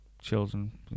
children